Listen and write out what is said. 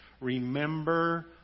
Remember